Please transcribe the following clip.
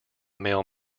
male